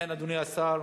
זה ההיגיון הבריא,